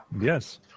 Yes